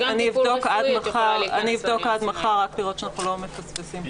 אני אבדוק עד מחר, רק לראות שאנחנו לא מפספסים.